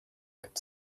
could